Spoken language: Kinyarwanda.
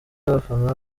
abafana